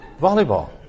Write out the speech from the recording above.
volleyball